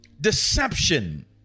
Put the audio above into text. deception